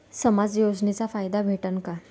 समाज योजनेचा फायदा भेटन का?